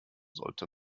sollte